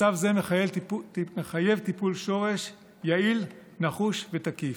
מצב זה מחייב טיפול שורש יעיל, נחוש ותקיף.